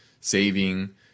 saving